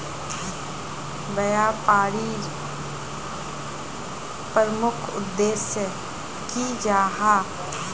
व्यापारी प्रमुख उद्देश्य की जाहा?